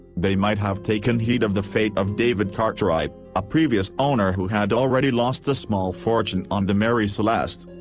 they might have taken heed of the fate of david cartwright, a previous owner who had already lost a small fortune on the mary celeste.